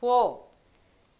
போ